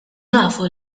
nafu